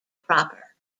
proper